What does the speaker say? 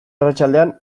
arratsaldean